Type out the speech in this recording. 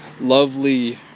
lovely